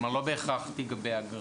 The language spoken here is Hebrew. כלומר, לא בהכרח תיגבה אגרה.